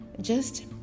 Just